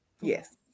Yes